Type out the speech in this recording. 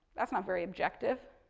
that's not very objective.